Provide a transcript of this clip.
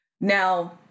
Now